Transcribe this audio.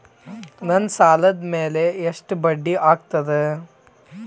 ನನ್ನ ಸಾಲದ್ ಮ್ಯಾಲೆ ಎಷ್ಟ ಬಡ್ಡಿ ಆಗ್ತದ?